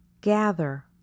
gather